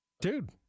dude